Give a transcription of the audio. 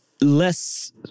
less